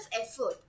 effort